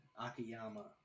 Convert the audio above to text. Akiyama